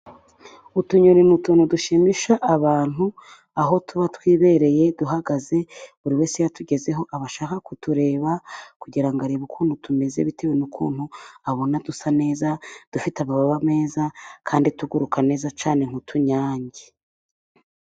Utunyoni ni utuntu dushimisha abantu, aho tuba twibereye, duhagaze, buri wese iyo atugezeho aba ashaka kutureba kugira arebe ukuntu tumeze bitewe n'ukuntu abona dusa neza, dufite amababa meza kandi tuguruka neza cyane nk'utunyange.